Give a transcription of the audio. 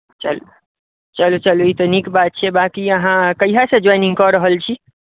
चलू चलू चलू ई तऽ नीक बात छियै बाँकी अहाँ कहियासँ जॉइनिंग कऽ रहल छी